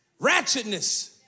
ratchetness